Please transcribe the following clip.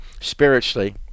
spiritually